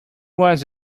was